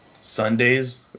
Sundays